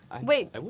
Wait